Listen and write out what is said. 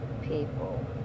people